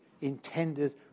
intended